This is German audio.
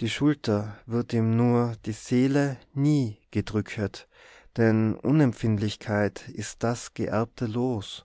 die schulter wird ihm nur die seele nie gedrücket denn unempfindlichkeit ist das geerbte los